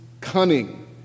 cunning